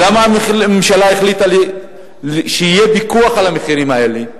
למה הממשלה החליטה שיהיה פיקוח על המחירים האלה?